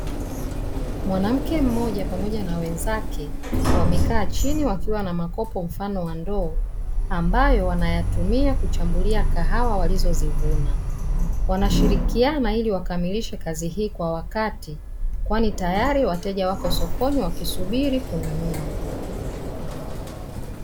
Mwanamke mmoja pamoja na wenzake wamekaa chini wakiwa na makopo mfano wa ndoo ambayo wanayatumia kuchambulia kahawa walizozivuna, wanashirikiana ili wakamilishe kazi hii kwa wakati kwani tayari wateja wako sokoni wakisubiri kununua.